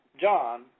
John